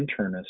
internist